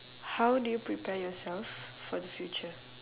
how do you prepare yourself for the future